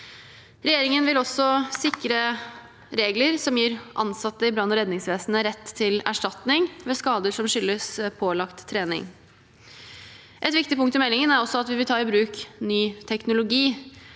Regjeringen vil også sikre regler som gir ansatte i brann- og redningsvesenet rett til erstatning ved skader som skyldes pålagt trening. Et viktig punkt i meldingen er også at vi vil ta i bruk ny teknologi.